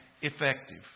effective